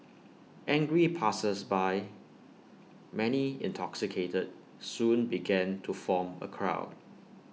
angry passersby many intoxicated soon began to form A crowd